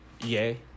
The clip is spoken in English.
Yay